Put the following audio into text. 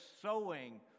sowing